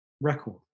record